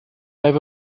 have